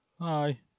Hi